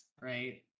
right